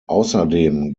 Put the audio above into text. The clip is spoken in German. außerdem